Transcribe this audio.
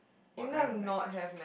what kind of mac and cheese